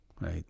right